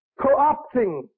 co-opting